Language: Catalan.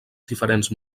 diferents